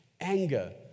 anger